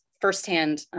firsthand